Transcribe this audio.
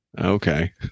okay